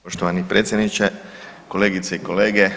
Poštovani predsjedniče, kolegice i kolege.